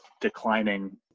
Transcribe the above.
declining